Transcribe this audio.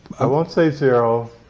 i won't say zero.